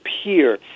appear